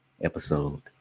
episode